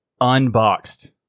unboxed